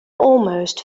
almost